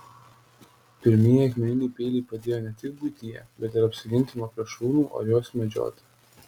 pirmieji akmeniniai peiliai padėjo ne tik buityje bet ir apsiginti nuo plėšrūnų ar juos medžioti